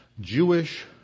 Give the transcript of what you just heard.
Jewish